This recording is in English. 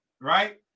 right